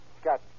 Scott